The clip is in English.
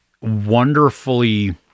wonderfully